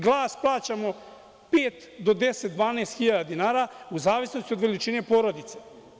Glas plaćamo pet do 10, 12 hiljada dinara u zavisnosti od veličine porodice.